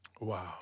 Wow